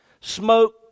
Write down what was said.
Smoke